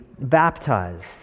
baptized